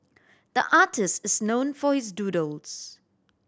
the artist is known for his doodles